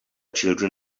children